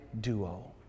duo